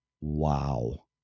wow